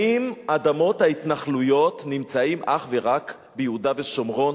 האם אדמות ההתנחלויות נמצאות אך ורק ביהודה ושומרון?